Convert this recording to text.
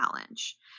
challenge